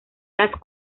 las